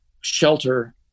shelter